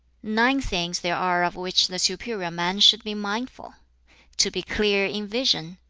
nine things there are of which the superior man should be mindful to be clear in vision,